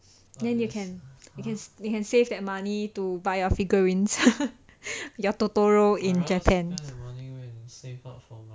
then you can you can you can save that money to buy your figurines your totoro in japan